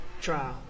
trial